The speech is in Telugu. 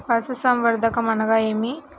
పశుసంవర్ధకం అనగా ఏమి?